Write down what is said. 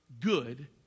good